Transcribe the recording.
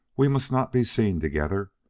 we must not be seen together.